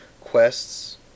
quests